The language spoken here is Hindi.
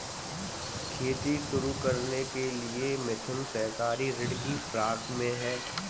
खेती शुरू करने के लिए मिथुन सहकारी ऋण की फिराक में है